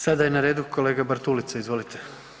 Sada je na redu kolega Bartulica, izvolite.